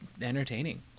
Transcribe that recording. entertaining